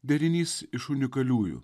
derinys iš unikaliųjų